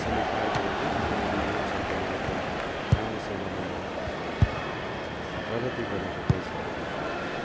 समय पार गरेर म अहिले यो क्षेत्रमा एकदम राम्रोसँगले म प्रगति गरेर गइसकेको छु